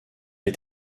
est